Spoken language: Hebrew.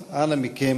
אז אנא מכם,